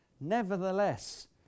Nevertheless